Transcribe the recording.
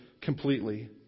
completely